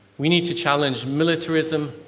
we need to challenge militarism,